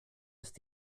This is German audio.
ist